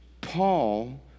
Paul